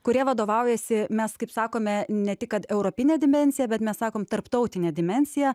kurie vadovaujasi mes kaip sakome ne tik kad europine dimensija bet mes sakom tarptautine dimensija